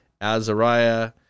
Azariah